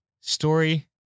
Story